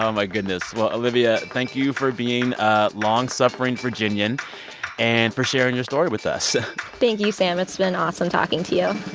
um my goodness. well, olivia, thank you for being a long-suffering virginian and for sharing your story with us thank you, sam. it's been awesome talking to you